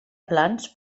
plans